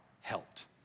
helped